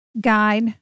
guide